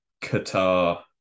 Qatar